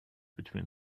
between